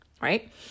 right